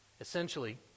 Essentially